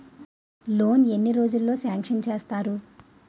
Loan ఎన్ని రోజుల్లో sanction చేస్తారు?